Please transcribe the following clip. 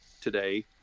today